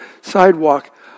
sidewalk